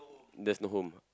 there's no home ah